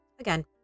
again